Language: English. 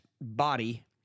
body